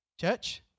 Church